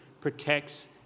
protects